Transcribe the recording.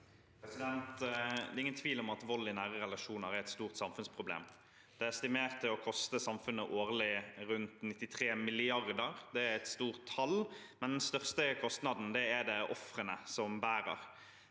Det er in- gen tvil om at vold i nære relasjoner er et stort samfunnsproblem. Det er estimert å koste samfunnet rundt 93 mrd. kr årlig. Det er et stort tall, men den største kostnaden er det ofrene som bærer.